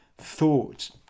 thought